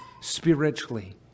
spiritually